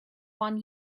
one